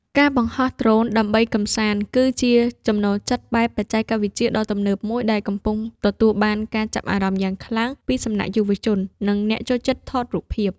ការបង្ហោះដ្រូនដើម្បីកម្សាន្ត គឺជាចំណូលចិត្តបែបបច្ចេកវិទ្យាដ៏ទំនើបមួយដែលកំពុងទទួលបានការចាប់អារម្មណ៍យ៉ាងខ្លាំងពីសំណាក់យុវជន និងអ្នកចូលចិត្តថតរូបភាព។